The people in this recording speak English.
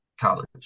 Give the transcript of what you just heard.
college